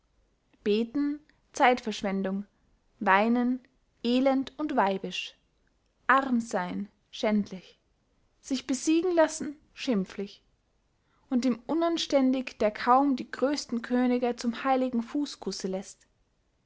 beten zeitverschwendung weinen elend und weibisch arm seyn schändlich sich besiegen lassen schimpflich und dem unanständig der kaum die grösten könige zum heiligen fußkusse läßt